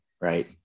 right